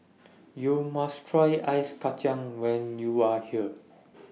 YOU must Try Ice Kacang when YOU Are here